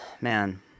man